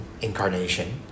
incarnation